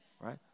Right